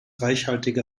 reichhaltige